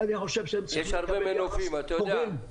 ואני חושב שהם צריכים לקבל יחס הוגן.